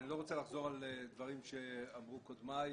אני לא רוצה לחזור על דברים שאמרו קודמיי,